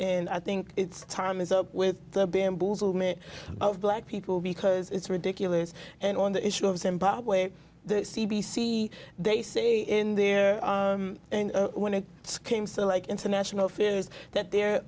and i think it's time is up with the bamboozlement of black people because it's ridiculous and on the issue of zimbabwe the c b c they say in there and when it came to like international fears that their